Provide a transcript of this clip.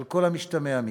על כל המשתמע מכך.